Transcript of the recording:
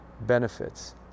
benefits